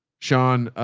sean.